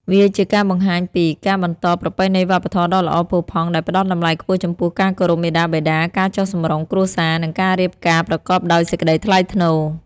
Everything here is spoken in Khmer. វាជាការបង្ហាញពី ការបន្តប្រពៃណីវប្បធម៌ដ៏ល្អផូរផង់ ដែលផ្តល់តម្លៃខ្ពស់ចំពោះការគោរពមាតាបិតា ការចុះសម្រុងគ្រួសារ និងការរៀបការប្រកបដោយសេចក្តីថ្លៃថ្នូរ។